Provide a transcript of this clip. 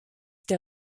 der